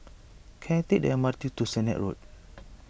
can I take the M R T to Sennett Road